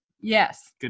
Yes